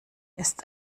ist